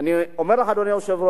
אני אומר לך, אדוני היושב-ראש,